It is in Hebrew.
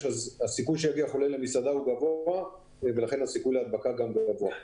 הסיכוי שיגיע חולה למסעדה הוא גבוה מאוד ולכן הסיכוי להדבקה הוא גבוה.